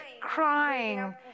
crying